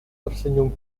tersenyum